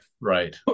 Right